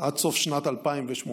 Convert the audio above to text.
עד סוף שנת 2018,